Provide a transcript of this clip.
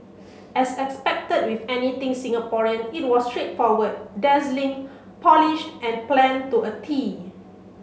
as expected with anything Singaporean it was straightforward dazzling polished and planned to a tee